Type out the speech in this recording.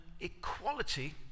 equality